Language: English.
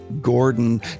Gordon